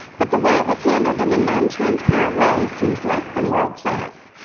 but the way it was handled in a non transparent way seems less than world class.